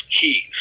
keys